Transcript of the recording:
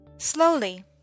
slowly